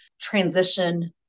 transition